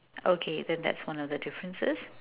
okay then that's one of the differences